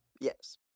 Yes